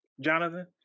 Jonathan